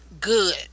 Good